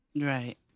Right